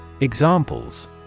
Examples